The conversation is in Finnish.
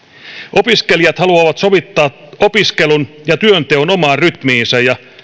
opiskelijat haluavat sovittaa opiskelun ja työnteon omaan rytmiinsä ja